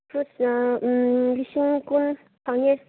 ꯐ꯭ꯔꯨꯠꯁꯅ ꯂꯤꯁꯤꯡ ꯀꯨꯟ ꯐꯪꯉꯦ